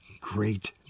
great